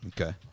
Okay